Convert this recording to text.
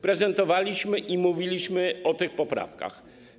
Prezentowaliśmy je i mówiliśmy o tych poprawkach.